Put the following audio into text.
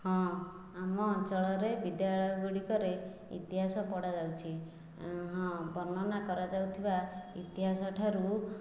ହଁ ଆମ ଅଞ୍ଚଳରେ ବିଦ୍ୟାଳୟ ଗୁଡ଼ିକରେ ଇତିହାସ ପଢ଼ାଯାଉଛି ହଁ ବର୍ଣ୍ଣନା କରାଯାଉଥିବା ଇତିହାସ ଠାରୁ